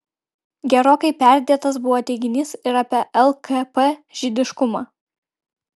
gerokai perdėtas buvo teiginys ir apie lkp žydiškumą